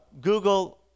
Google